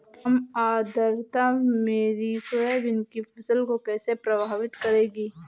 कम आर्द्रता मेरी सोयाबीन की फसल को कैसे प्रभावित करेगी?